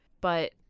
but-